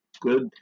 good